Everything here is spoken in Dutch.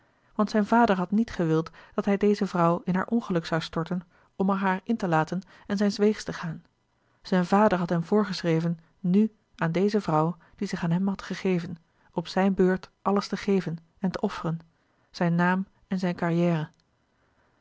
want zijn vader had niet gewild dat hij deze vrouw in haar ongeluk zoû storten om er haar in te laten en zijns weegs te gaan zijn vader had hem voorgeschreven nu aan deze vrouw die zich aan hem had gegeven op zijne beurt alles te geven en te offeren zijn naam en zijn carrière